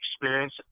experience